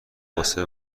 واسه